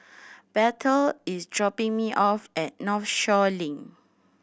Bethel is dropping me off at Northshore Link